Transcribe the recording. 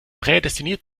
prädestiniert